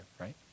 right